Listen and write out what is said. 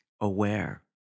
aware